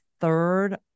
third